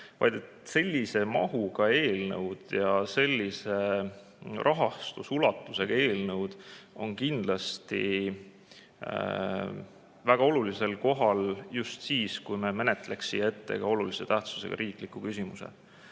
vaid sellise mahuga eelnõud ja sellise rahastusulatusega eelnõud on kindlasti väga olulisel kohal just siis, kui me käsitleks enne seda ka olulise tähtsusega riiklikku küsimust.